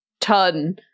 ton